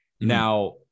Now